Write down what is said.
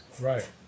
right